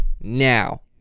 now